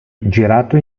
girato